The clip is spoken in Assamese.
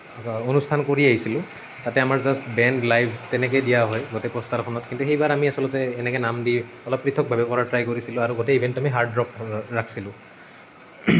অনুষ্ঠান কৰি আহিছিলোঁ তাতে আমাৰ জাষ্ট বেণ্ড লাইভ তেনেকৈ দিয়া হয় গোটেই পষ্টাৰখনত কিন্তু সেইবাৰ আমি আচলতে এনেকৈ নাম দি অলপ পৃথক ভাবে কৰাৰ ট্ৰাই কৰিছিলোঁ আৰু গোটেই ইভেণ্টখনেই হাৰ্ড ৱৰ্ক ৰাখিছিলোঁ